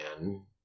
man